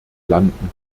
landen